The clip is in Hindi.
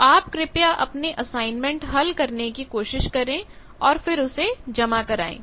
तो आप कृपया अपने असाइनमेंट हल करने की कोशिश करें और फिर उसे जमा कराएं